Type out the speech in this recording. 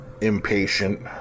impatient